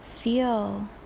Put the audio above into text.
feel